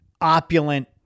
opulent